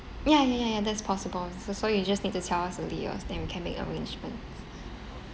ya ya ya ya that's possible so so you just need to tell us earliest then we can make arrangement